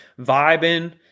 vibing